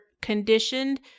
conditioned